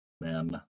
man